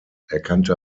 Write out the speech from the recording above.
erkannte